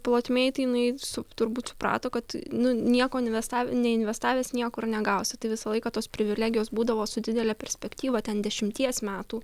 plotmėj tai jinai su turbūt suprato kad nu nieko neinvestavęs neinvestavęs nieko ir negausi tai visą laiką tos privilegijos būdavo su didele perspektyva ten dešimties metų